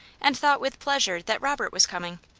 and thought with pleasure that robert was coming.